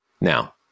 Now